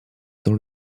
dans